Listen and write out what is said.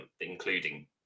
including